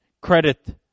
credit